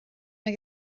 mae